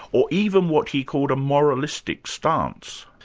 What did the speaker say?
or even what he called a moralistic stance?